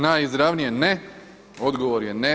Najizravnije ne, odgovor je ne.